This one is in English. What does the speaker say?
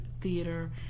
theater